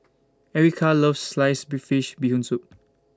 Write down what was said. Erykah loves Sliced Bee Fish Bee Hoon Soup